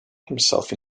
himself